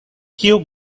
kiu